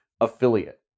affiliate